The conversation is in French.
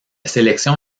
sélection